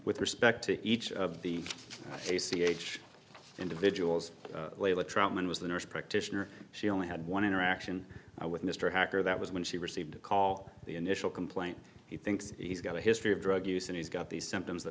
with respect to each of the p c h individuals troutman was the nurse practitioner she only had one interaction with mr hacker that was when she received a call the initial complaint he thinks he's got a history of drug use and he's got these symptoms